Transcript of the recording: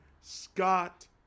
Scott